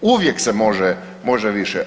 Uvijek se može više.